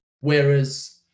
whereas